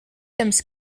temps